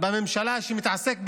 בממשלה שמתעסק בשטויות,